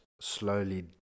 slowly